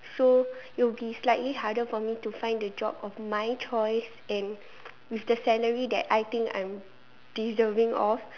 so it'll be slightly harder for me to find the job of my choice and with the salary that I think I'm deserving of